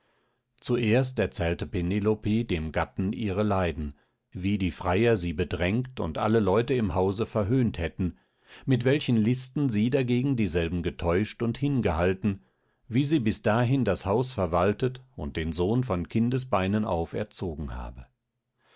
zuerst erzählte penelope dem gatten ihre leiden wie die freier sie bedrängt und alle leute im hause verhöhnt hätten mit welchen listen sie dagegen dieselben getäuscht und hingehalten wie sie bis dahin das haus verwaltet und den sohn von kindesbeinen auf erzogen habe